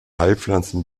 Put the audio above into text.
heilpflanzen